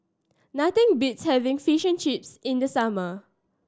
nothing beats having Fish and Chips in the summer